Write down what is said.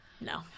No